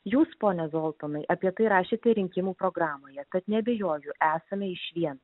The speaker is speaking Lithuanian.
jūs pone zoltonai apie tai rašėte rinkimų programoje tad neabejoju esame išvien